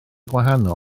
gwahanol